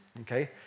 Okay